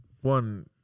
one